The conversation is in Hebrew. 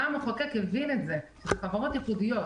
גם המחוקק הבין את זה שאלה חברות ייחודיות,